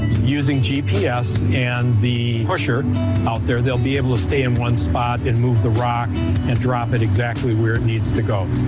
using gps and the pusher out there, they'll be able to stay in one spot and move the rock and drop it exactly where it needs to go.